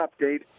update